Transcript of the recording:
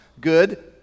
Good